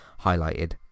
highlighted